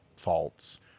faults